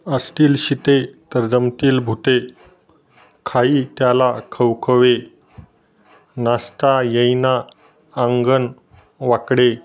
असतील शिते तर जमतील भुते खायी त्याला खवखवे नाचता येईना अंगण वाकडे